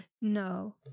No